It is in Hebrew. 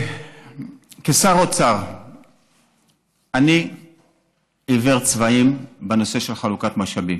כשר אוצר אני עיוור צבעים בנושא של חלוקת משאבים.